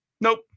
Nope